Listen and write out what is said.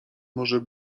może